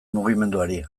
mugimenduari